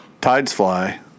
Tidesfly